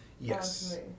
Yes